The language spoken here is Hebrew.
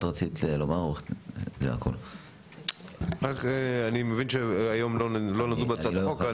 אני מבין שהיום לא נגעו בהצעת החוק.